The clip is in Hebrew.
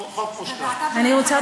אני רוצה,